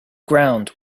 ground